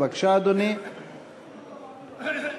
בבקשה, אדוני.